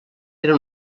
era